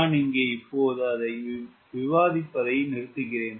நான் இங்கே இப்போது அதை விவாதிப்பதை நிறுத்துகிறேன்